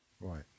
Right